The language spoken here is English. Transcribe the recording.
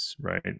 Right